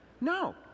No